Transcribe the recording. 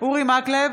אורי מקלב,